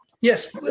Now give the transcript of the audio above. Yes